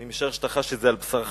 אני משער שאתה חש את זה על בשרך,